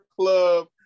club